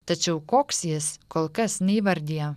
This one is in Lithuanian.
tačiau koks jis kol kas neįvardija